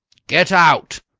get out!